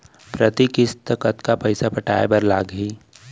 प्रति किस्ती कतका पइसा पटाये बर लागही?